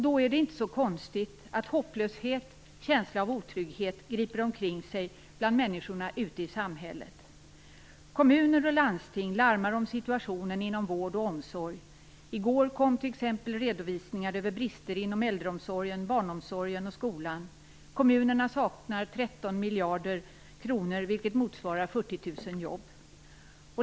Då är det inte så konstigt att hopplöshet och en känsla av otrygghet griper omkring sig bland människorna ute i samhället. Kommuner och landsting larmar om situationen inom vård och omsorg. I går kom t.ex. redovisningar över brister inom äldreomsorgen, barnomsorgen och skolan. Kommunerna saknar 13 miljarder kronor, vilket motsvarar 40 000 jobb.